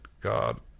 God